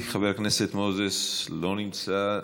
חבר הכנסת מוזס, לא נמצא.